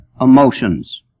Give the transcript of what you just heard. emotions